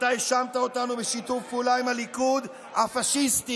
אתה האשמת אותנו בשיתוף פעולה עם הליכוד הפשיסטי,